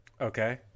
Okay